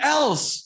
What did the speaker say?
else